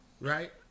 right